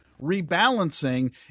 Rebalancing